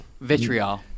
Vitriol